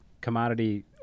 commodity